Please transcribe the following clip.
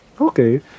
Okay